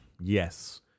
Yes